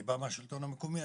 בא מהשלטון המקומי,